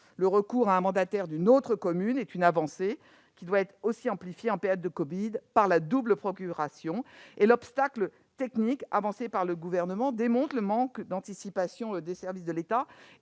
Le recours à un mandataire d'une autre commune est une avancée, qui doit être amplifiée, en période de covid-19, par la double procuration. L'obstacle technique avancé par le Gouvernement démontre le manque d'anticipation des services de l'État